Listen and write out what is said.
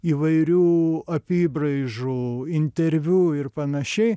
įvairių apybraižų interviu ir panašiai